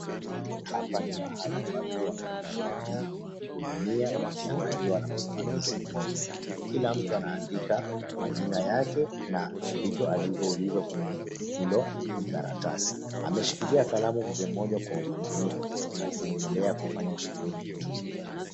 Hapa ni mahali watu wamekuja kujihudumia wakiangaliwa na msimamizi mmoja. Kila mtu anaandika majina yake na vitu alivyoulizwa kwenye hilo kijikaratasi. Ameshikilia kalamu mzee mmoja kwenye umakinifu akiendelea kufanya shughuli hii.